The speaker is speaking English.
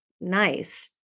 nice